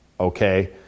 Okay